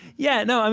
yeah, no, and